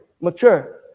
Mature